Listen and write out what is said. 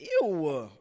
Ew